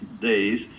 days